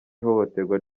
ihohoterwa